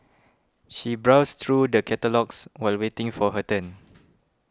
she browsed through the catalogues while waiting for her turn